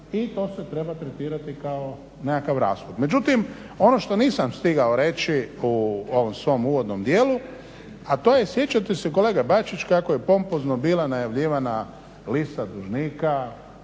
i to se treba tretirati kao nekakav rashod. Međutim ono što nisam stigao reći u ovom svom uvodnom dijelu, a to je sjećate se kolega Bačić kako je pompozno bila najavljivana lista dužnika,